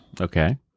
Okay